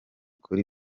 kuri